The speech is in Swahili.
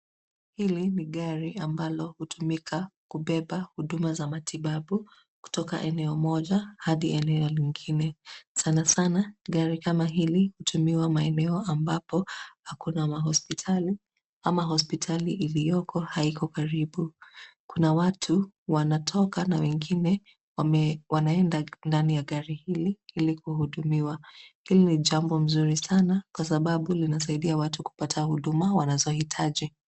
Hili ni gari ambalo hutumika kubeba huduma za matibabu kutoa eneo moja hadi eneo lingine. Sana sana gari kama hili hutumiwa maeneo ambapo hakuna mahospitali ama hospitali iliyoko haiko karibu. Kuna watu wanatoka na wengine wanaenda ndani ya gari hili ili kuhudumiwa. Hili ni jambo mzuri sana kwa sababu linasaidia watu kupata huduma wanazohitaji.